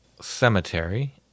cemetery